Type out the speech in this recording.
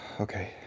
Okay